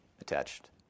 attached